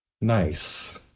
Nice